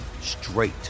straight